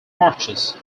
marches